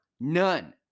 none